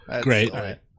Great